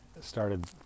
started